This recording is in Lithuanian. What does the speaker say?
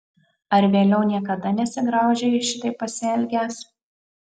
ar vėliau niekada nesigraužei šitaip pasielgęs